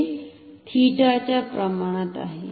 ते थीटा च्या प्रमाणात आहे